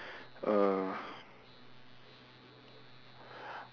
uh